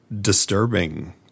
disturbing